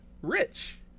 Rich